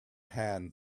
hand